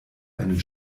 einen